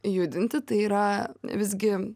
judinti tai yra visgi